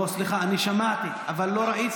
לא, לא, סליחה, אני שמעתי, אבל לא ראיתי.